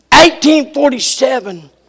1847